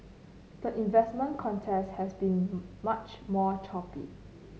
the investment contest has been much more choppy